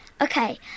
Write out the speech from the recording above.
Okay